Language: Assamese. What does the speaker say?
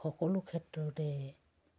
সকলো ক্ষেত্ৰতে